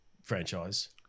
Franchise